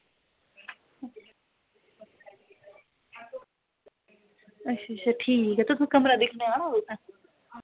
अच्छा अच्छा ठीक ऐ भी कमरा दिक्खनै ई औना तुसें